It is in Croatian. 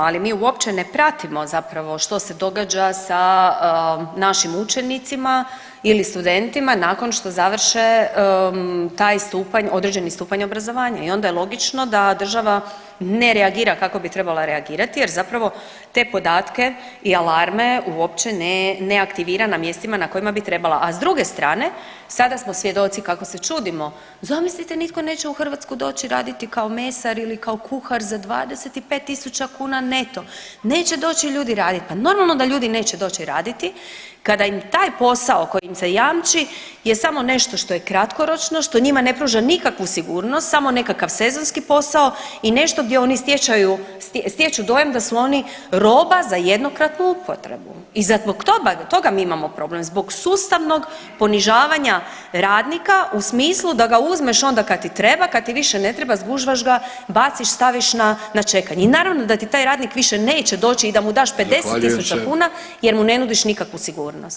Apsolutno, ali mi uopće ne pratimo zapravo što se događa sa našim učenicima ili studentima nakon što završe taj stupanj, određeni stupanj obrazovanja i onda je logično da država ne reagira kako bi trebala reagirati jer zapravo te podatke i alarme uopće ne, ne aktivira na mjestima na kojima bi trebala, a s druge strane sada smo svjedoci kako se čudimo, zamislite nitko neće u Hrvatsku doći raditi kao mesar ili kao kuhar za 25 tisuća kuna neto, neće doći ljudi radit, pa normalno da ljudi neće doći raditi kada im taj posao koji im se jamči je samo nešto što je kratkoročno, što njima ne pruža nikakvu sigurnost samo nekakav sezonski posao i nešto gdje oni stječu dojam da su oni roba za jednokratnu upotrebu i zbog toga mi imamo problem, zbog sustavnog ponižavanja radnika u smislu da ga uzmeš onda kad ti treba, kad ti više ne treba zgužvaš ga, baciš, staviš na, na čekanje i naravno da ti taj radnik više neće doći i da mu daš 50 tisuća kuna jer mu ne nudiš nikakvu sigurnost.